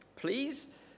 Please